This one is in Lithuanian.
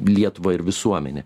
lietuvą ir visuomenę